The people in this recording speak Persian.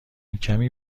کمی